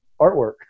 artwork